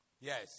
Yes